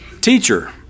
Teacher